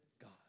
God